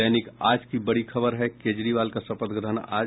दैनिक आज की बड़ी खबर है केजरीवाल का शपथ ग्रहण आज